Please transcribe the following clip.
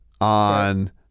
on